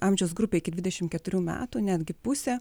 amžiaus grupė iki dvidešim keturių metų netgi pusė